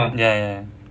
ya ya